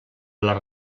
les